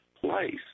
place